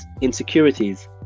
insecurities